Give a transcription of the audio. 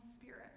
spirit